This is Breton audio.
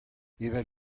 evel